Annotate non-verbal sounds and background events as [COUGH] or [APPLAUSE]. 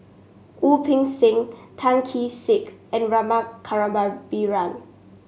Wu Peng Seng Tan Kee Sek and Rama [UNINTELLIGIBLE]